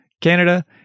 Canada